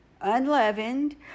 unleavened